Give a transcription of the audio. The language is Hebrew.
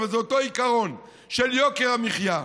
אבל זה אותו עיקרון של יוקר המחיה.